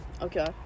Okay